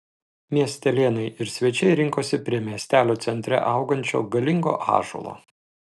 miestelėnai ir svečiai rinkosi prie miestelio centre augančio galingo ąžuolo